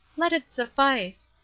let it suffice.